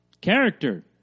Character